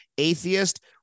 atheist